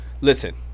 Listen